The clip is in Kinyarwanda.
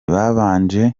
babanje